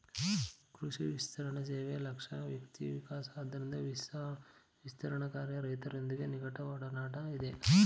ಕೃಷಿ ವಿಸ್ತರಣಸೇವೆ ಲಕ್ಷ್ಯ ವ್ಯಕ್ತಿವಿಕಾಸ ಆದ್ದರಿಂದ ವಿಸ್ತರಣಾಕಾರ್ಯ ರೈತರೊಂದಿಗೆ ನಿಕಟಒಡನಾಟ ಇದೆ